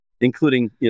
including